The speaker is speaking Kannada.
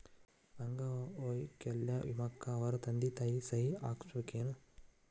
ಅಂಗ ವೈಕಲ್ಯ ವಿಮೆಕ್ಕ ಅವರ ತಂದಿ ತಾಯಿ ಸಹಿ ಹಾಕಸ್ಬೇಕೇನು?